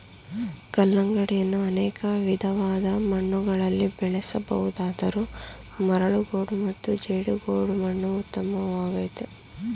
ಕಲ್ಲಂಗಡಿಯನ್ನು ಅನೇಕ ವಿಧವಾದ ಮಣ್ಣುಗಳಲ್ಲಿ ಬೆಳೆಸ ಬಹುದಾದರೂ ಮರಳುಗೋಡು ಮತ್ತು ಜೇಡಿಗೋಡು ಮಣ್ಣು ಉತ್ತಮವಾಗಯ್ತೆ